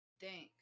Thanks